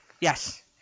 Yes